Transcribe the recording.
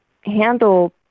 handle